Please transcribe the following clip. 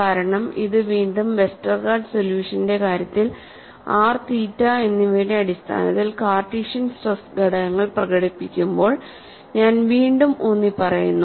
കാരണം ഇത് വീണ്ടും വെസ്റ്റർഗാർഡ് സൊല്യൂഷന്റെ കാര്യത്തിൽ r തീറ്റ എന്നിവയുടെ അടിസ്ഥാനത്തിൽ കാർട്ടീഷ്യൻ സ്ട്രെസ് ഘടകങ്ങൾ പ്രകടിപ്പിക്കുമ്പോൾ ഞാൻ വീണ്ടും ഊന്നി പറയുന്നു